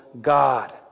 God